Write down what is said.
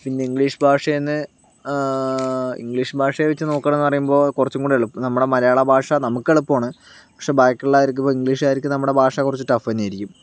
പിന്നെ ഇംഗ്ലീഷ് ഭാഷേന്ന് ഇംഗ്ലീഷ് ഭാഷയെ വച്ച് നോക്കണെന്ന് പറയുമ്പോൾ കുറച്ചും കൂടെ എളുപ്പം നമ്മുടെ മലയാളം ഭാഷ നമുക്ക് എളുപ്പമാണ് പക്ഷേ ബാക്കിയുള്ളവർക്ക് ഇപ്പം ഇംഗ്ലീഷുകാർക്ക് നമ്മുടെ ഭാഷ കുറച്ച് ടഫ് തന്നെയായിരിക്കും